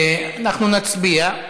אנחנו נצביע.